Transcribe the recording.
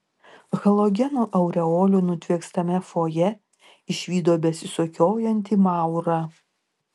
halogenų aureolių nutviekstame fojė išvydo besisukiojantį maurą